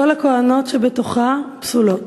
"כל הכוהנות שבתוכה פסולות,